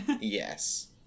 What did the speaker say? Yes